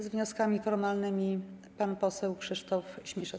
Z wnioskami formalnymi pan poseł Krzysztof Śmiszek.